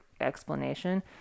explanation